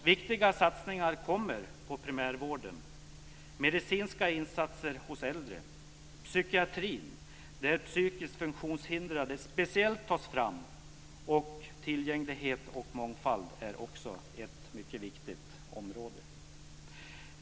Viktiga satsningar kommer på primärvården, medicinska insatser hos äldre och psykiatrin, där psykiskt funktionshindrade speciellt tas fram. Tillgänglighet och mångfald är också ett mycket viktigt område.